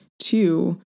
two